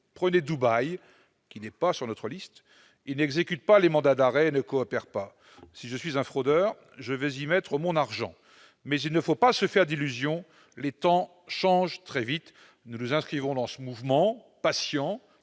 Prenez Dubaï, qui n'est pas sur notre liste : ils n'exécutent pas les mandats d'arrêt et ne coopèrent pas. Si je suis un fraudeur, je vais y mettre mon argent ». Mais il ne faut pas se faire d'illusion, les temps changent très vite ! Nous nous inscrivons dans ce mouvement, patient,